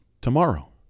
tomorrow